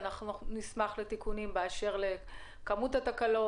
ונשמח לעדכונים באשר לכמות התקלות,